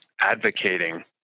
advocating